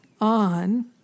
on